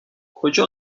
کجا